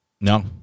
No